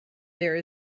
there